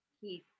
Keith